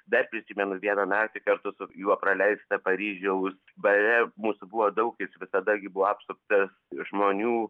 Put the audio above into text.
dar prisimenu vieną naktį kartu su juo praleistą paryžiaus bare mūsų buvo daug jis visada gi buvo apsuptas žmonių